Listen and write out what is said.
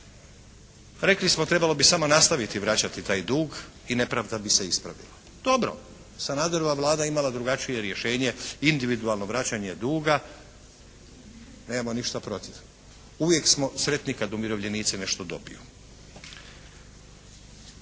rekli smo trebalo bi samo nastaviti vraćati taj dug i nepravda bi se ispravila. Dobro, Sanaderova Vlada je imala drugačije rješenje, individualno vraćanje duga. Nemamo ništa protiv. Uvijek smo sretni kad umirovljenici nešto dobiju.